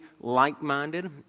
like-minded